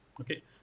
okay